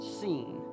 seen